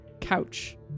couch